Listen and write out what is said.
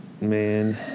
Man